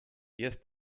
jest